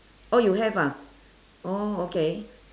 oh you have ah oh okay